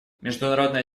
международная